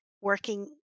working